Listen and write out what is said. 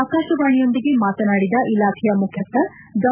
ಆಕಾಶವಾಣಿಯೊಂದಿಗೆ ಮಾತನಾಡಿದ ಇಲಾಖೆಯ ಮುಖ್ಖಸ್ವ ಡಾ